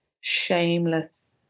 shameless